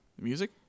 Music